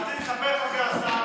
רציתי לספר לך, סגן השר,